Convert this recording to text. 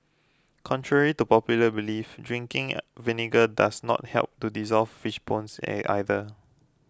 contrary to popular belief drinking vinegar does not help to dissolve fish bones either